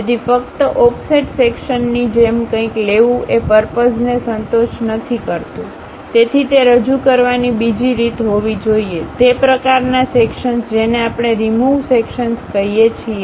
તેથી ફક્ત ઓફસેટ સેક્શનની જેમ કંઈક લેવું એ પર્પઝને સંતોષ નથી કરતું તેથી તે રજૂ કરવાની બીજી રીત હોવી જોઈએ તે પ્રકારના સેક્શનસ જેને આપણે રીમુવ ડસેક્શનસ કહીએ છીએ